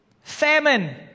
Famine